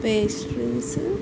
pastries